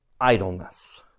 idleness